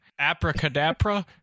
Apricadapra